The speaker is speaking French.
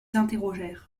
interrogèrent